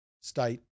state